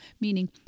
meaning